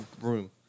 room